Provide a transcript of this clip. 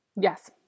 Yes